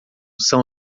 são